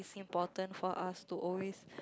important for us to always